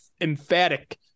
emphatic